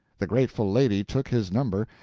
the grateful lady took his number,